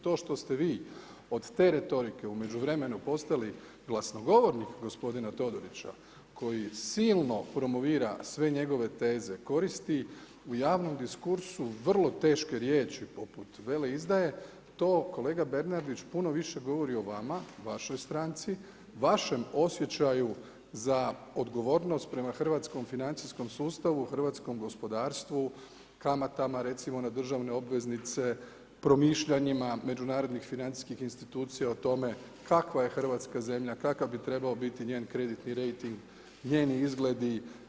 To što ste vi od te retorike u međuvremenu postali glasnogovornik gospodina Todorića koji silno promovira sve njegove teze koristi u javnom diskursu vrlo teške riječi poput veleizdaje, to kolega Bernardić puno više govori o vama, vašoj stranci, vašem osjećaju za odgovornost prema hrvatskom financijskom sustavu, hrvatskom gospodarstvu, kamatama recimo na državne obveznice, promišljanjima međunarodnih financijskih institucija o tome kakva je Hrvatska zemlja, kakav bi trebao biti njen kreditni rejting, njeni izgledi.